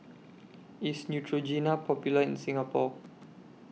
IS Neutrogena Popular in Singapore